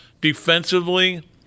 defensively